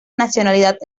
nacionalidad